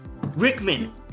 Rickman